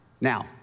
Now